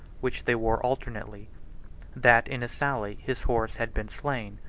which they wore alternately that in a sally his horse had been slain,